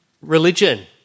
religion